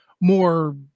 more